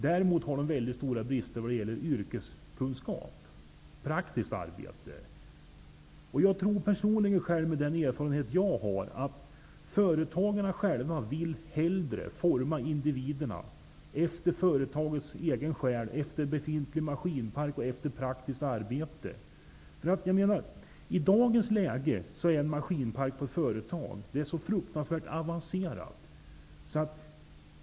Däremot har de mycket stora brister när det gäller yrkeskunskap, praktiskt arbete. Jag tror, med min erfarenhet, att företagen själva hellre vill forma individerna efter företagets egen själ, efter befintlig maskinpark och efter praktiskt arbete. I dagens läge är maskinparken i företagen nämligen enormt avancerad.